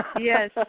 Yes